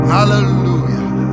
Hallelujah